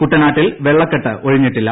കുട്ടനാട്ടിൽ വെള്ളിക്കെട്ട് ഒഴിഞ്ഞിട്ടില്ല